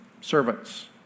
servants